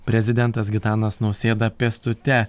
prezidentas gitanas nausėda pėstute